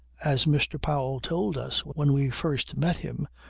as mr. powell told us when we first met him,